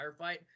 firefight